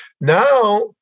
Now